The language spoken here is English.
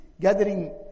gathering